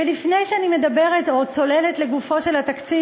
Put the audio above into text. ולפני שאני מדברת או צוללת לגופו של התקציב,